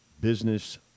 Business